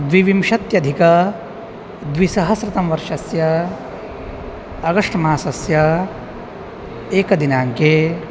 द्वाविंशत्यधिक द्विसहस्रतम वर्षस्य अगस्ट् मासस्य एकदिनाङ्के